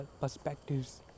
perspectives